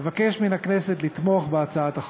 אבקש מן הכנסת לתמוך בהצעת החוק.